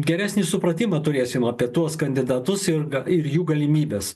geresnį supratimą turėsim apie tuos kandidatus ir ir jų galimybes